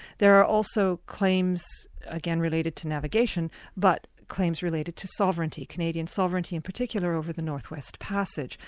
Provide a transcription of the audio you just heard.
there are also claims, again related to navigation, but claims related to sovereignty, canadian sovereignty in particular, over the north west passage.